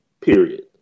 Period